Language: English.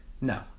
no